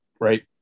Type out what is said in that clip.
right